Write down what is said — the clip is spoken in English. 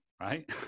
Right